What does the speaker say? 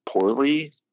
poorly